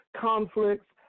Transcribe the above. conflicts